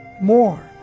more